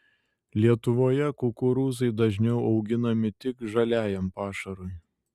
lietuvoje kukurūzai dažniau auginami tik žaliajam pašarui